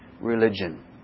religion